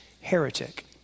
heretic